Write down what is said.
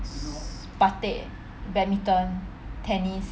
spartan badminton tennis